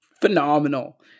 phenomenal